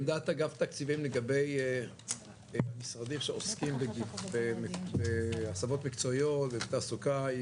עמדת אגף תקציבים לגבי משרדים שעוסקים בהסבות מקצועיות ותעסוקה,